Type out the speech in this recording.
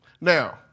Now